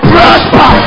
Prosper